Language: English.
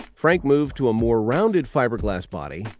frank moved to a more rounded fiberglass body,